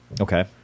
Okay